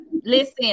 Listen